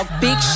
Big